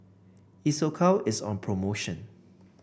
Isocal is on promotion